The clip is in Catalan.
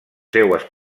seues